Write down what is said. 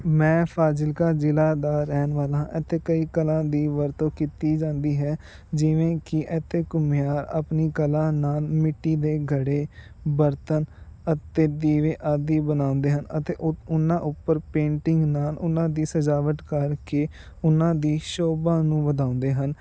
ਮੈਂ ਫ਼ਾਜ਼ਿਲਕਾ ਜ਼ਿਲ੍ਹਾ ਦਾ ਰਹਿਣ ਵਾਲਾ ਇੱਥੇ ਕਈ ਕਲਾ ਦੀ ਵਰਤੋਂ ਕੀਤੀ ਜਾਂਦੀ ਹੈ ਜਿਵੇਂ ਕਿ ਇੱਥੇ ਘੁਮਿਆਰ ਆਪਣੀ ਕਲਾ ਨਾਲ ਮਿੱਟੀ ਦੇ ਘੜੇ ਬਰਤਨ ਅਤੇ ਦੀਵੇ ਆਦਿ ਬਣਾਉਂਦੇ ਹਨ ਅਤੇ ਉਹਨਾਂ ਉੱਪਰ ਪੇਂਟਿੰਗ ਨਾਲ ਉਹਨਾਂ ਦੀ ਸਜ਼ਾਵਟ ਕਰ ਕੇ ਉਹਨਾਂ ਦੀ ਸ਼ੋਭਾ ਨੂੰ ਵਧਾਉਂਦੇ ਹਨ